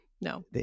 No